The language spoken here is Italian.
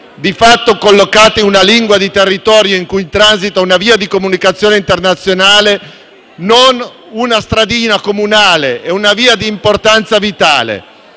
di fatto collocate in una lingua di territorio in cui transita una via di comunicazione internazionale, non una stradina comunale; è una via di importanza vitale.